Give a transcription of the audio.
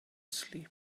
sleep